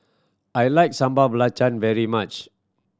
I like Sambal Belacan very much